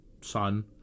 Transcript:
son